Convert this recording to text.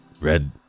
red